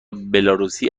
بلاروسی